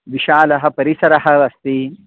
विशालः परिसरः अस्ति